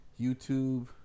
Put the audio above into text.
YouTube